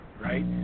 right